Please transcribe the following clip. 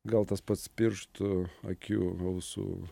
gal tas pats pirštų akių ausų